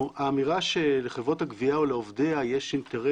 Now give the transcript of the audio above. האמירה שלחברות הגבייה או לעובדיה יש ניגוד